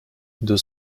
deux